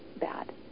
bad